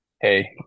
hey